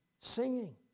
singing